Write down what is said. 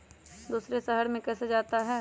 दूसरे शहर मे कैसे जाता?